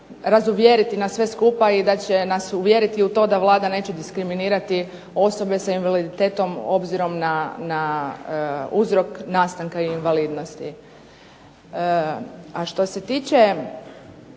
razuvjeriti nas sve skupa i da će nas uvjeriti u to da Vlada neće diskriminirati osobe sa invaliditetom obzirom na uzrok nastanka invalidnosti. A što se tiče